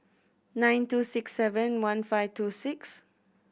nine two six seven one five two six